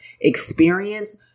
experience